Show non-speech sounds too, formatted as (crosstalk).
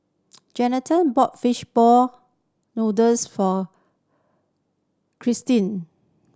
Jeannette bought fishball noodles for (unintelligible)